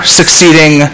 succeeding